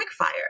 quickfire